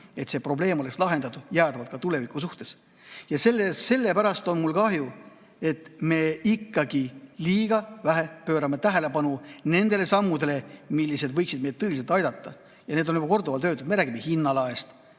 et see probleem oleks lahendatud jäädavalt ka tuleviku suhtes. Ja sellepärast on mul kahju, et me ikkagi liiga vähe pöörame tähelepanu nendele sammudele, mis võiksid meid tõeliselt aidata. Neid on juba korduvalt öeldud: me räägime hinnalaest,